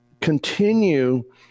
continue